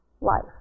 life